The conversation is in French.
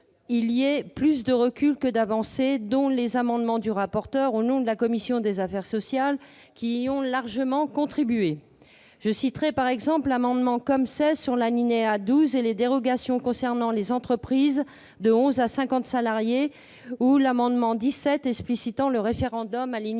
il y aura plus de reculs que d'avancées. Il faut dire que les amendements du rapporteur, au nom de la commission des affaires sociales, y auront largement contribué. Je citerai pour exemple l'amendement COM-16 sur l'alinéa 12 et les dérogations concernant les entreprises de 11 à 50 salariés, ou l'amendement COM-17 explicitant le référendum d'initiative